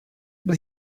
but